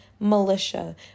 Militia